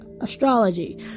astrology